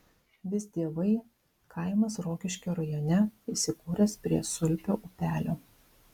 visdievai kaimas rokiškio rajone įsikūręs prie sulpio upelio